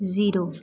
zero